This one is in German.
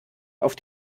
auf